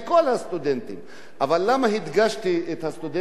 אבל למה הדגשתי את הסטודנטים שלומדים רפואה?